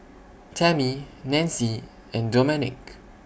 Tammie Nanci and Domenick